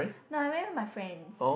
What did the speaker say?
no I went with my friends